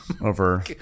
Over